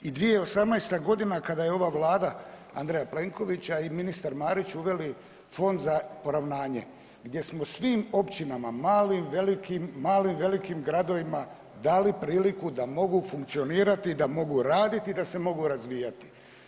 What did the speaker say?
I 2018. godina kada je ova Vlada Andreja Plenkovića i ministar Marić uveli Fond za poravnanje, gdje smo svim općinama malim, velikim gradovima dali priliku da mogu funkcionirati, da mogu raditi, da se mogu razvijati.